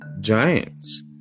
giants